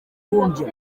kundya